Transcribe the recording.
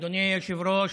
אדוני היושב-ראש,